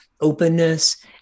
openness